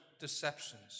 deceptions